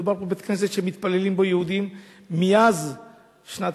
מדובר בבית-כנסת שמתפללים בו יהודים מאז שנת